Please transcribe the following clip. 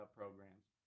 programs